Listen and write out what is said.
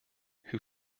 who